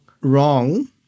wrong